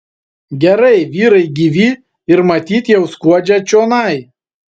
gerai vyrai gyvi ir matyt jau skuodžia čionai